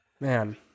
man